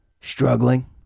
Struggling